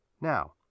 Now